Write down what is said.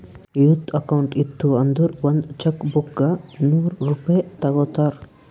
youth account ಇತ್ತು ಅಂದುರ್ ಒಂದ್ ಚೆಕ್ ಬುಕ್ಗ ನೂರ್ ರೂಪೆ ತಗೋತಾರ್